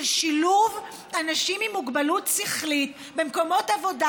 של שילוב אנשים עם מוגבלות שכלית במקומות עבודה,